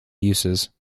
uses